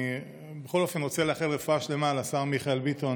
אני בכל אופן רוצה לאחל רפואה שלמה לשר מיכאל ביטון,